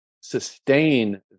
sustain